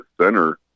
center